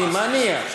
אני מניח,